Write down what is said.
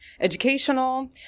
educational